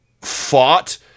fought